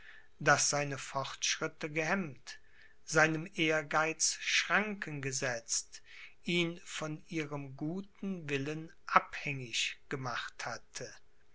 das seine fortschritte gehemmt seinem ehrgeiz schranken gesetzt ihn von ihrem guten willen abhängig gemacht hatte